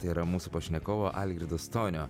tai yra mūsų pašnekovo algirdo stonio